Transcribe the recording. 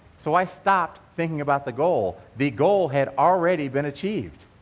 so, i stopped thinking about the goal, the goal had already been achieved,